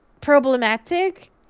problematic